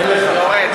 אין לך.